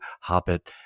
hobbit